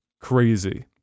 crazy